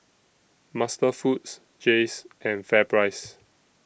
MasterFoods Jays and FairPrice